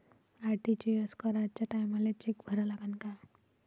RTGS कराच्या टायमाले cheque भरा लागन का?